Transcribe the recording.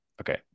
okay